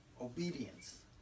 obedience